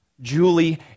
Julie